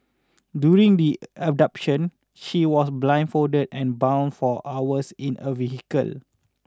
during the abduction he was blindfolded and bound for hours in a vehicle